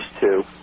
two